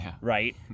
right